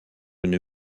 une